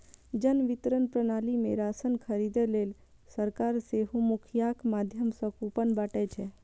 जन वितरण प्रणाली मे राशन खरीदै लेल सरकार सेहो मुखियाक माध्यम सं कूपन बांटै छै